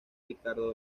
ricardo